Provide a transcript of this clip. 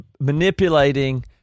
manipulating